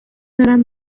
دارم